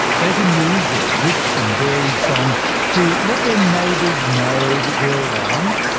they can use their rich and varied song to let their neighbours know that they're around,